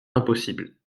impossible